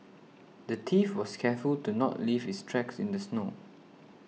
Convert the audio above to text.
the thief was careful to not leave his tracks in the snow